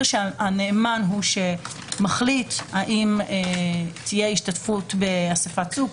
שהנאמן הוא שמחליט האם תהיה השתתפות באספת סוג.